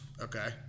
okay